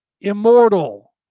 immortal